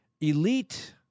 elite